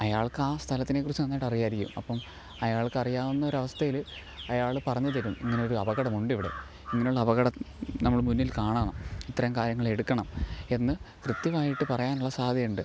അയാൾക്കാണ് സ്ഥലത്തിനെ കുറിച്ച് നന്നായിട്ടറിയായിരിക്കും അപ്പം അയാൾക്കറിയാവുന്നൊരവസ്ഥയിൽ അയാൾ പറഞ്ഞ് തരും ഇങ്ങനൊരു അപകടമുണ്ടിവിടെ ഇങ്ങനുള്ളപകടം നമ്മൾ മുന്നിൽ കാണണം ഇത്രയും കാര്യങ്ങളെടുക്കണം എന്നു കൃത്യമായിട്ട് പറയാനുള്ള സാദ്ധ്യതയുണ്ട്